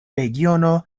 regiono